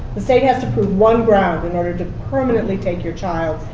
the state has to prove one ground in order to permanently take your child.